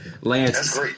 Lance